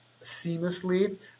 seamlessly